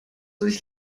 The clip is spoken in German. sich